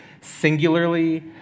singularly